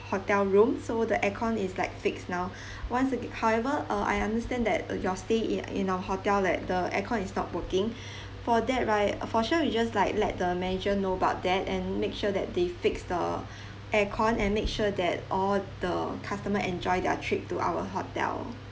hotel room so the air cond is like fixed now once aga~ however uh I understand that uh your stay in in our hotel like the aircon is not working for that right for sure we just like let the manager know about that and make sure that they fix the air cond and make sure that all the customer enjoy their trip to our hotel